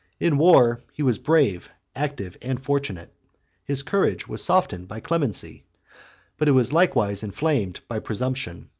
in war he was brave, active, and fortunate his courage was softened by clemency but it was likewise inflamed by presumption,